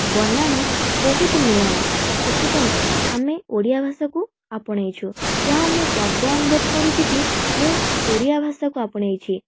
ବନାନ ବହୁତ ନିଆରା ସେଥିପାଇଁ ଆମେ ଓଡ଼ିଆ ଭାଷାକୁ ଆପଣେଇଛୁ ଯାହା ହେଉ ମୁଁ ଗର୍ବ ଅନୁଭବ କରୁଛି କି ମୁଁ ଓଡ଼ିଆ ଭାଷାକୁ ଆପଣେଇଛି